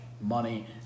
money